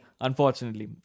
Unfortunately